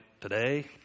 today